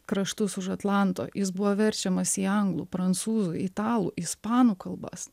kraštus už atlanto jis buvo verčiamas į anglų prancūzų italų ispanų kalbas